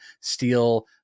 steal